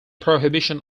prohibition